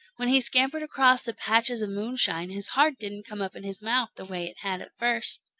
when he scampered across the patches of moonshine his heart didn't come up in his mouth the way it had at first.